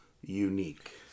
unique